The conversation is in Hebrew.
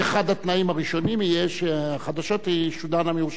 אחד התנאים הראשונים יהיה שהחדשות תשודרנה מירושלים.